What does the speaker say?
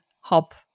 hop